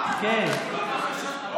הכנסת)